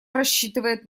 рассчитывает